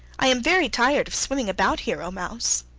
i am very tired of swimming about here, o mouse